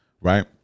Right